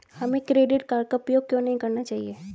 हमें credit card का उपयोग क्यों नहीं करना चाहिए?